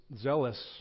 zealous